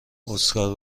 اسکار